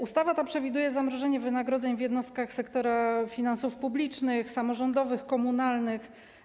Ustawa przewiduje zamrożenie wynagrodzeń w jednostkach sektora finansów publicznych, samorządowych, komunalnych.